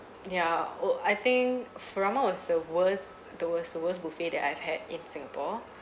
ya well I think furama was the worst the worst the worse buffet that I've had in singapore